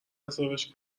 حسابش